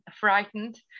frightened